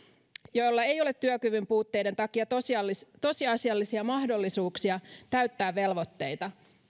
joilla ei ole työkyvyn puutteiden takia tosiasiallisia mahdollisuuksia täyttää velvoitteita